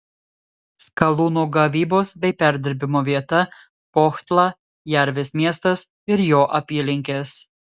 skalūno gavybos bei perdirbimo vieta kohtla jervės miestas ir jo apylinkės